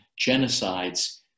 genocides